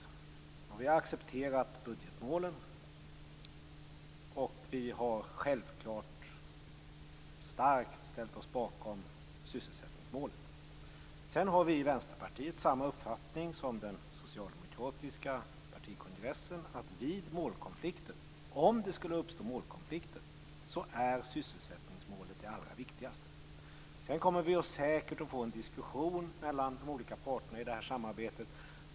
Vi har accepterat budgetmålen, och vi har självklart starkt ställt oss bakom sysselsättningsmålet. Sedan har vi i Vänsterpartiet samma uppfattning som den socialdemokratiska partikongressen, dvs. att om det skulle uppstå målkonflikter är sysselsättningsmålet det allra viktigaste. Vi kommer säkert att få en diskussion mellan de olika parterna i det här samarbetet.